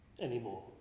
anymore